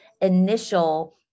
initial